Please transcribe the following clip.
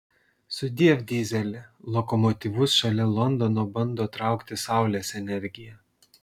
sudiev dyzeli lokomotyvus šalia londono bando traukti saulės energija